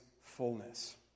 fullness